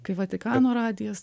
kai vatikano radijas